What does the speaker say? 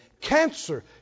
cancer